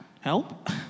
help